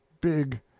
big